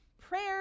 prayer